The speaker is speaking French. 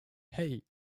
hey